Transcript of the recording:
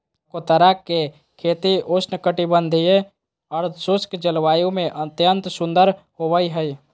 चकोतरा के खेती उपोष्ण कटिबंधीय, अर्धशुष्क जलवायु में अत्यंत सुंदर होवई हई